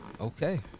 Okay